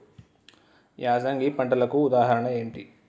యాసంగి పంటలకు ఉదాహరణ ఏంటి?